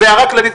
זו הערה כללית,